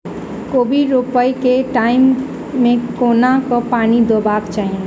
कोबी रोपय केँ टायम मे कोना कऽ पानि देबाक चही?